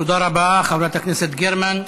תודה רבה, חברת הכנסת גרמן.